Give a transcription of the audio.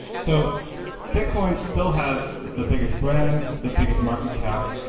so bitcoin still has the biggest brand, the biggest market cap,